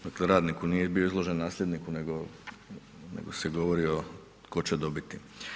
Dakle radnik, nije bio izložen nasljedniku nego se govori o tko će dobiti.